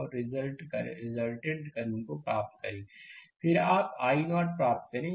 और resultant current प्राप्त करें फिर आप i0 प्राप्त करते हैं